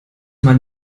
man